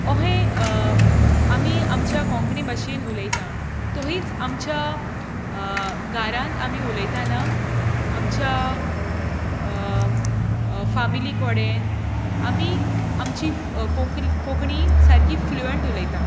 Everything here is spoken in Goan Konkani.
अशें आमी आमच्या कोंकणी भाशेन उलयता तशींच आमच्या घारांत आमी उलयतना आमच्या फामिली कडेन आमी आमची कोंकणी सारीक फुलयेंट उलोयता